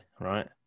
right